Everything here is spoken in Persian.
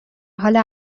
حال